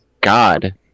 god